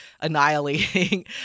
annihilating